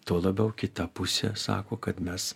tuo labiau kita pusė sako kad mes